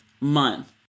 month